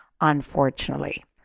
unfortunately